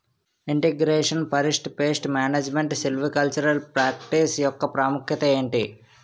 integration forest pest management silvicultural practice యెక్క ప్రాముఖ్యత ఏంటి